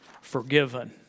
forgiven